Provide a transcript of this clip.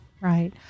Right